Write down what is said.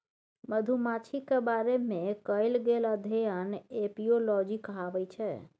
मधुमाछीक बारे मे कएल गेल अध्ययन एपियोलाँजी कहाबै छै